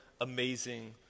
amazing